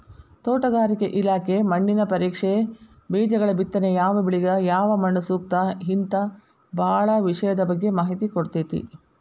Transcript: ತೋಟಗಾರಿಕೆ ಇಲಾಖೆ ಮಣ್ಣಿನ ಪರೇಕ್ಷೆ, ಬೇಜಗಳಬಿತ್ತನೆ ಯಾವಬೆಳಿಗ ಯಾವಮಣ್ಣುಸೂಕ್ತ ಹಿಂತಾ ಬಾಳ ವಿಷಯದ ಬಗ್ಗೆ ಮಾಹಿತಿ ಕೊಡ್ತೇತಿ